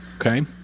Okay